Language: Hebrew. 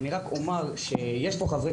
גברתי